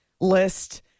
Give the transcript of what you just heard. list